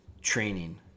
training